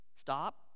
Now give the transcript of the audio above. Stop